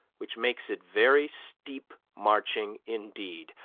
which makes it very steep marching indeed,